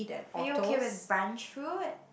are you okay with bun through it